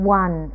one